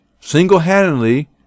single-handedly